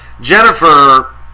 Jennifer